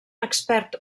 expert